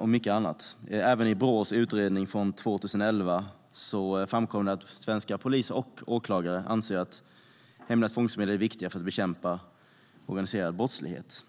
och mycket annat. Även i Brås utredning från 2011 framkom det att svenska poliser och åklagare anser att hemliga tvångsmedel är viktiga för att bekämpa organiserad brottslighet.